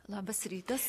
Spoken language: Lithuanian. labas rytas